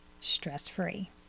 stress-free